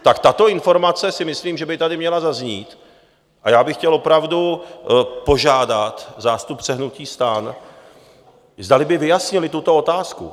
Tak tato informace si myslím, že by tady měla zaznít, a já bych chtěl opravdu požádat zástupce hnutí STAN, zdali by vyjasnili tuto otázku.